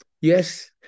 Yes